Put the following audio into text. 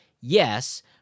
Yes